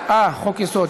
אה, חוק-יסוד.